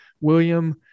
William